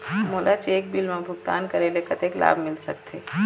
मोला cheque bill मा भुगतान करेले कतक लाभ मिल सकथे?